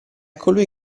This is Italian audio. colui